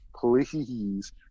please